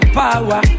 power